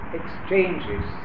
exchanges